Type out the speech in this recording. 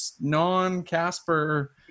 non-Casper